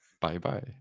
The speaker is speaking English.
Bye-bye